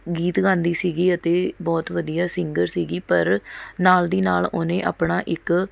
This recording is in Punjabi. ਗੀਤ ਗਾਉਂਦੀ ਸੀਗੀ ਅਤੇ ਬਹੁਤ ਵਧੀਆ ਸਿੰਗਰ ਸੀਗੀ ਪਰ ਨਾਲ਼ ਦੀ ਨਾਲ਼ ਉਹਨੇ ਆਪਣਾ ਇੱਕ